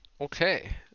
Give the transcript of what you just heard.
Okay